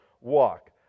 walk